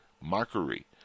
mockery